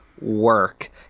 work